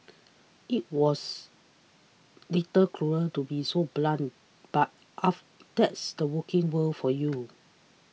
it was little cruel to be so blunt but of that's the working world for you